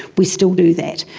we still do that.